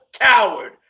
coward